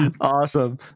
Awesome